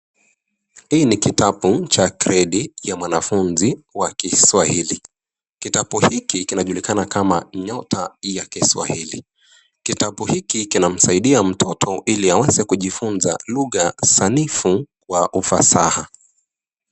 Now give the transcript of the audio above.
Hii ni kitabu cha gredi ya wanafunzi wa kiswahili, kitabu hiki kinajulikana kama nyota ya kiswahili. Kitabu hiki kinamsaidia mtoto ili aweze kujifunza lugha sanifu kwa ufasaha.